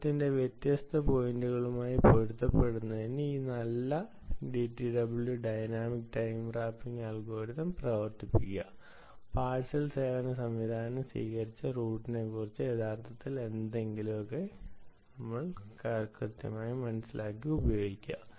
സമയത്തിന്റെ വ്യത്യസ്ത പോയിന്റുകളുമായി പൊരുത്തപ്പെടുന്നതിന് ഈ നല്ല DTW dynamic time warping algorithm പ്രവർത്തിപ്പിക്കുക പാർസൽ സേവന സംവിധാനം സ്വീകരിച്ച റൂട്ടിനെക്കുറിച്ച് യഥാർത്ഥത്തിൽ എന്തെങ്കിലും പറയുക